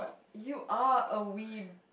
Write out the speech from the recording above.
you are a web